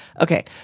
Okay